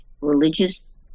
religious